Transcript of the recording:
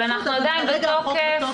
אנחנו עדיין בתוקף